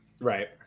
right